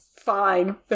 fine